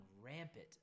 rampant